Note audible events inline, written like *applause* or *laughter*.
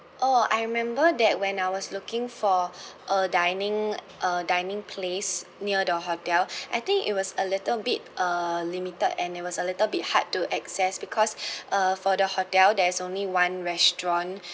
oh I remember that when I was looking for *breath* a dining uh dining place near the hotel *breath* I think it was a little bit uh limited and there was a little bit hard to access because *breath* uh for the hotel there's only one restaurant